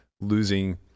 losing